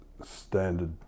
standard